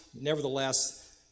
nevertheless